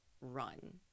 run